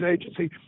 Agency